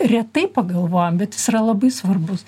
retai pagalvojam bet jis yra labai svarbus